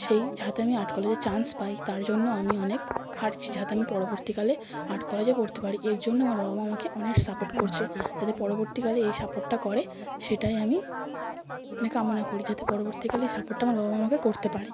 সেই যাতে আমি আর্ট কলেজে চান্স পাই তার জন্য আমি অনেক খাটছি যাতে আমি পরবর্তীকালে আর্ট কলেজে পড়তে পারি এর জন্য আমার বাবা মা আমাকে অনেক সাপোর্ট করছে যাতে পরবর্তীকালে এই সাপোর্টটা করে সেটাই আমি মানে কামনা করি যাতে পরবর্তীকালে এই সাপোটর্টা আমার বাবা মা আমাকে করতে পারে